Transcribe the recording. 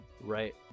right